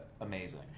amazing